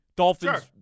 Dolphins